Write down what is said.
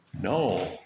No